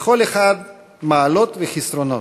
לכל אחד מעלות וחסרונות,